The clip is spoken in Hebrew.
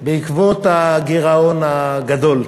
בעקבות הגירעון הגדול,